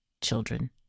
children